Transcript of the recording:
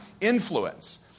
Influence